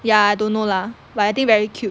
ya I don't know lah but I think very cute